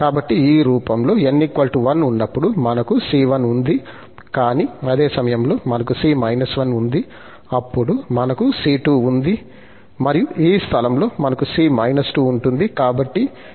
కాబట్టి ఈ రూపంలో n 1 ఉన్నప్పుడు మనకు c1 ఉంది కానీ అదే సమయంలో మనకు c 1 ఉంది అప్పుడు మనకు c2 ఉంది మరియు ఈ స్థలంలో మనకు c 2 ఉంటుంది